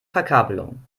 verkabelung